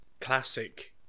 classic